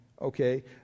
okay